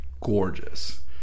gorgeous